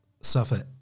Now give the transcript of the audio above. suffer